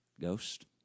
Ghost